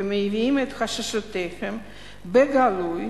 ומביעים את חששותיהם בגלוי,